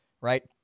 right